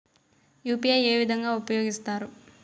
UPI ఏ విధంగా ఉపయోగిస్తారు?